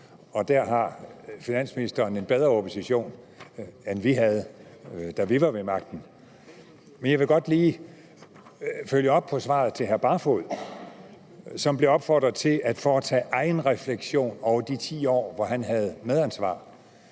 og der har finansministeren en bedre opposition, end vi havde, da vi var ved magten. Men jeg vil godt lige følge op på svaret til hr. Barfoed, som blev opfordret til at foretage en egenrefleksion over de 10 år, hvor han havde medansvar.